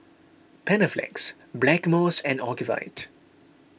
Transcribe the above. Panaflex Blackmores and Ocuvite